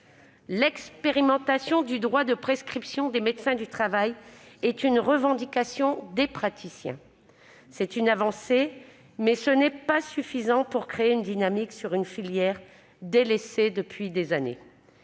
L'expérimentation du droit de prescription des médecins du travail est une revendication des praticiens. C'est une avancée, mais elle n'est pas suffisante pour créer une dynamique sur une filière délaissée depuis des années.